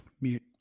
Mute